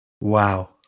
Wow